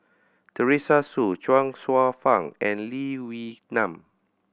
Teresa Hsu Chuang Hsueh Fang and Lee Wee Nam